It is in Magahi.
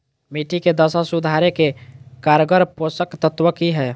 मिट्टी के दशा सुधारे के कारगर पोषक तत्व की है?